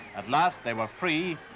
at last they were free.